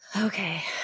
Okay